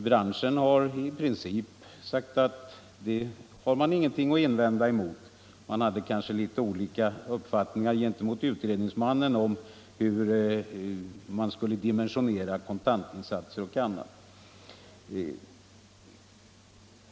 Branschen har sagt sig i princip inte ha någonting att invända — även om man hade något annan uppfattning än utredningsmannen om hur kontantinsatser och avbetalningstider skulle dimensioneras.